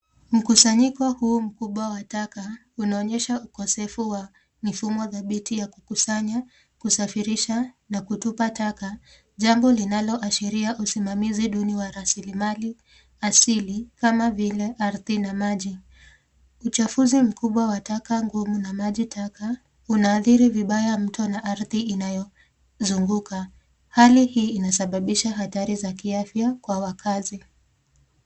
Mkusanyiko huu mkubwa wa taka unaonyesha ukosefu dhabiti ya kusanya kusafirisha na kutupa takataka jambo linaloashiria usimamizi duni wa rasilimali asili kama vile ardhi na maji. Uchafuzi mkubwa wa taka ngumu na maji taka unaadhiri vibaya mto na ardhi inayozunguka. Hali hii imesababisha hatari za kiafya kwa wakazi.